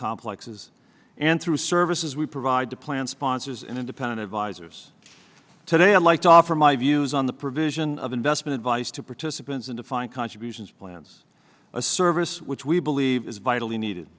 complexes and through services we provide to plan sponsors and independent advisers today i'd like to offer my views on the provision of investment advice to participants in defined contribution plans a service which we believe is vitally needed